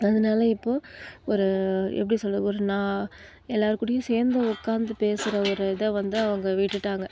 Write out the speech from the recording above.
அதனால இப்போது ஒரு எப்படி சொல்லுறது ஒரு நான் எல்லார்கூடையும் சேர்ந்து உட்காந்து பேசுகிற ஒரு இதை வந்து அவங்க விட்டுட்டாங்க